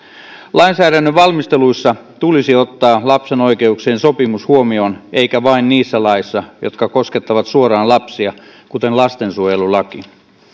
lainsäädännön valmistelussa tulisi ottaa lapsen oikeuksien sopimus huomioon eikä vain niissä laeissa jotka koskettavat suoraan lapsia kuten lastensuojelulaki